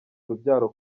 urubyaro